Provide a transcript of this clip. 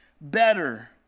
better